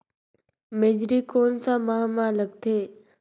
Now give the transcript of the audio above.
मेझरी कोन सा माह मां लगथे